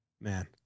man